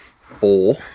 four